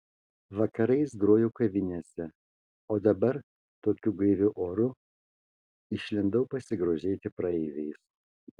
vakarais groju kavinėse o dabar tokiu gaiviu oru išlindau pasigrožėti praeiviais